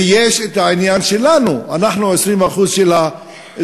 ויש את העניין שלנו, אנחנו 20% מהאזרחים.